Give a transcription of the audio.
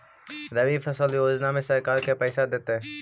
रबि फसल योजना में सरकार के पैसा देतै?